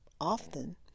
often